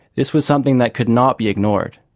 this was something that could not be ignored.